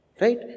Right